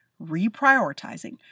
reprioritizing